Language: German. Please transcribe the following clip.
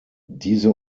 diese